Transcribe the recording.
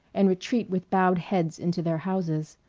and retreat with bowed heads into their houses.